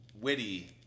witty